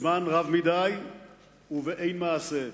זמן רב מדי ובאין מעשה.